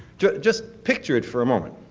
just just picture it for a moment.